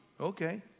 Okay